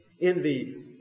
Envy